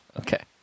Okay